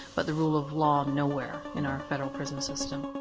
but the rule of law, nowhere in our federal prison system.